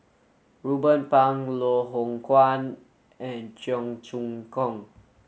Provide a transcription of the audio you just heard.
Ruben Pang Loh Hoong Kwan and Cheong Choong Kong